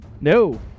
No